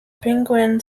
penguin